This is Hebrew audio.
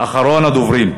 אחרון הדוברים.